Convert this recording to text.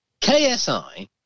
KSI